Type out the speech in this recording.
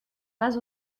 pas